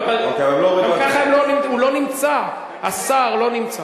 גם ככה הוא לא נמצא, השר לא נמצא.